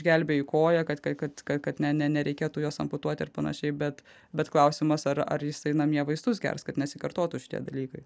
išgelbėji koją kad kai kad kad ne ne nereikėtų jos amputuoti ir panašiai bet bet klausimas ar ar jisai namie vaistus gers kad nesikartotų šitie dalykai